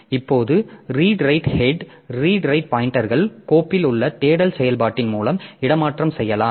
இப்போது read write head read write பாய்ன்டெர்கள் கோப்பில் உள்ள தேடல் செயல்பாட்டின் மூலம் இடமாற்றம் செய்யலாம்